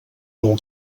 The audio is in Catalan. del